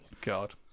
God